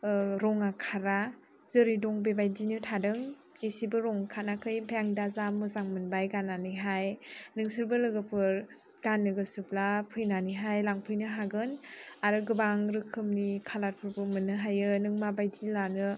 ओ रंआ खारा जेरै दं बेबायदिनो थादों इसिबो रं ओंखाराखै ओमफ्राय आं दा जा मोजां मोनबाय गाननानैहाय नोंसोरबो लोगोफोर गाननो गोसोब्ला फैनानैहाय लांफैनो हागोन आरो गोबां रोखोमनि कालारफोरबो मोननो हायो नों माबायदि लानो